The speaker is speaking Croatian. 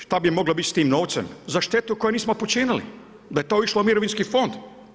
Šta bi moglo biti s tim novcem, za štetu koju nismo počinili, da je to išlo u mirovinski fond.